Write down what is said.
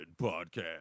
podcast